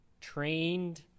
trained